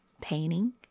painting